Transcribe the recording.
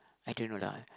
I don't know lah